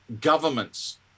governments